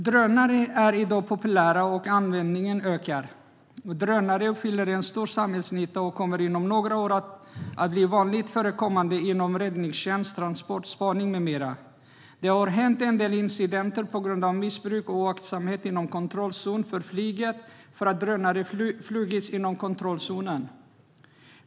Drönare är i dag populära, och användningen ökar. Drönare gör stor samhällsnytta och kommer inom några år att bli vanligt förekommande inom räddningstjänst, transport, spaning med mera. Det har hänt en del incidenter på grund av missbruk och oaktsamhet inom kontrollzon för flyget, eftersom drönare har flugits inom kontrollzonen.